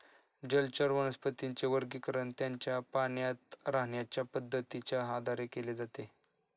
जलचर वनस्पतींचे वर्गीकरण त्यांच्या पाण्यात राहण्याच्या पद्धतीच्या आधारे केले जाते